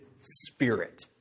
spirit